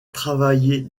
travailler